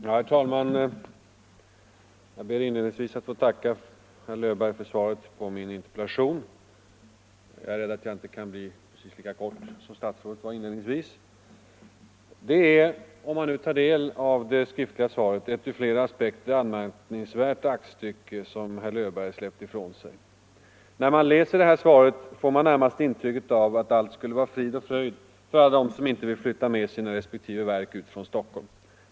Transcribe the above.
Herr talman! Jag ber inledningsvis att få tacka statsrådet Löfberg för svaret på min interpellation. Jag är rädd att jag inte kan fatta mig lika kort som statsrådet gjorde. Det skriftliga svaret är ett ur flera aspekter anmärkningsvärt aktstycke. När man läser svaret får man närmast intrycket av att allt skulle vara frid och fröjd för alla dem som inte vill flytta med sina resp. verk från Stockholm.